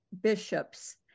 bishops